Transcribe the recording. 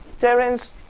Terence